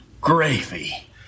gravy